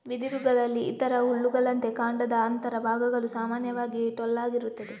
ಬಿದಿರುಗಳಲ್ಲಿ ಇತರ ಹುಲ್ಲುಗಳಂತೆ ಕಾಂಡದ ಅಂತರ ಭಾಗಗಳು ಸಾಮಾನ್ಯವಾಗಿ ಟೊಳ್ಳಾಗಿರುತ್ತದೆ